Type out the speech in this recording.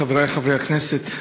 חברי חברי הכנסת,